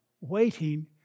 waiting